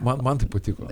man man tai patiko